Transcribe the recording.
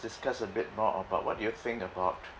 discuss a bit more about what do you think about